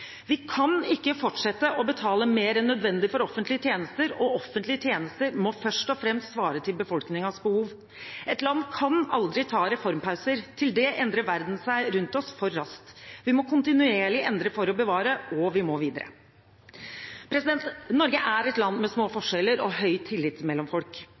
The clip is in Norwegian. Vi kan ikke fortsette å betale mer en nødvendig for offentlige tjenester, og offentlige tjenester må først og fremst svare til befolkningens behov. Et land kan aldri ta reformpauser, til det endres verden rundt oss for raskt. Vi må kontinuerlig endre for å bevare. Og vi må videre. Norge er et land med små forskjeller og høy tillit mellom folk.